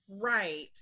right